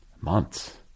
months